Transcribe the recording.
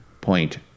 Point